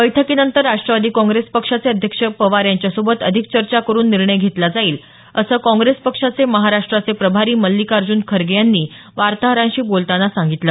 बैठकीनंतर राष्ट्रवादी काँग्रेस पक्षाचे अध्यक्ष पवार यांच्यासोबत अधिक चर्चा करून निर्णय घेतला जाईल असं काँग्रेस पक्षाचे महाराष्ट्राचे प्रभारी मल्लिकार्ज्न खरगे यांनी वार्ताहरांशी बोलतांना सांगितलं